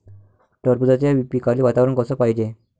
टरबूजाच्या पिकाले वातावरन कस पायजे?